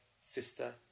sister